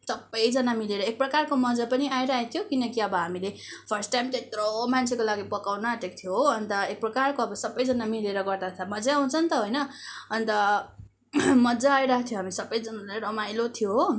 सबैजना मिलेर एक प्रकारको मजा पनि आइरहेथ्यो किनकी अब हामीले फर्स्ट टाइम त्यत्रो मान्छेको लागि पकाउन आँटेको थियो हो अन्त एक प्रकारको अब सबैजना मिलेर गर्दा त मजै आउँछ नि त होइन अन्त मजा आइरहेथ्यो हामी सबैजनालाई रमाइलो थियो हो